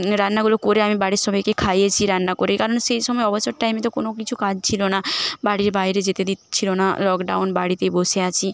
রান্নাগুলো করে আমি বাড়ির সবাইকে খাইয়েছি রান্না করে কারণ সেই সময় অবসর টাইমে তো কোনো কিছু কাজ ছিলো না বাড়ির বাইরে যেতে দিচ্ছিলো না লকডাউন বাড়িতে বসে আছি